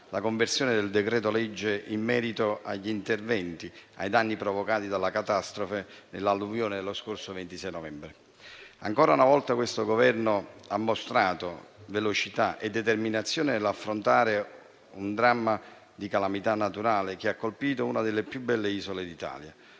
la conversione in legge del decreto-legge recante interventi relativi ai danni provocati dalla catastrofe alluvionale dello scorso 26 novembre. Ancora una volta questo Governo ha mostrato velocità e determinazione nell'affrontare il dramma di una calamità naturale che ha colpito una delle più belle isole d'Italia;